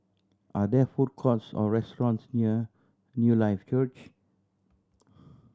are there food courts or restaurants near Newlife Church